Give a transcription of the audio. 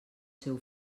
seu